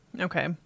okay